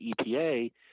EPA